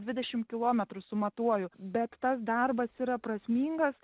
dvidešim kilometrų sumatuoju bet tas darbas yra prasmingas